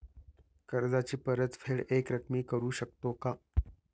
कर्जाची परतफेड एकरकमी करू शकतो का?